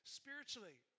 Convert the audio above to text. spiritually